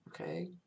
Okay